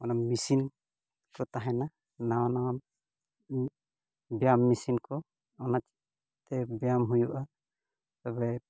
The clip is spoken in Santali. ᱚᱱᱟ ᱢᱮᱥᱤᱱ ᱠᱚ ᱛᱟᱦᱮᱱᱟ ᱱᱟᱣᱟ ᱱᱟᱣᱟ ᱵᱮᱭᱟᱢ ᱢᱮᱥᱤᱱ ᱠᱚ ᱚᱱᱟ ᱛᱮ ᱵᱮᱭᱟᱢ ᱦᱩᱭᱩᱜᱼᱟ ᱛᱚᱵᱮ